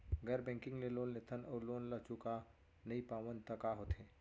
गैर बैंकिंग ले लोन लेथन अऊ लोन ल चुका नहीं पावन त का होथे?